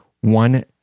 one